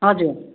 हजुर